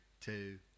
two